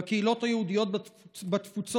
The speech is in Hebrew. בקהילות היהודיות בתפוצות,